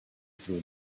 through